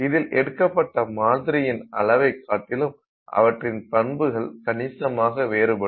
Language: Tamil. இதில் எடுக்கப்பட்ட மாதிரியின் அளவினை காட்டிலும் அவற்றின் பண்புகள் கணிசமாக வேறுபடும்